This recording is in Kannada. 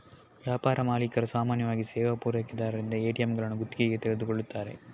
ವ್ಯಾಪಾರ ಮಾಲೀಕರು ಸಾಮಾನ್ಯವಾಗಿ ಸೇವಾ ಪೂರೈಕೆದಾರರಿಂದ ಎ.ಟಿ.ಎಂಗಳನ್ನು ಗುತ್ತಿಗೆಗೆ ತೆಗೆದುಕೊಳ್ಳುತ್ತಾರೆ